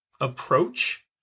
approach